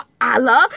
Allah